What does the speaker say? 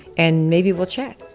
and maybe we'll chat.